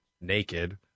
naked